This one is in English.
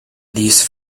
these